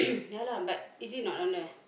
ya lah but is it not down there